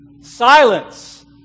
Silence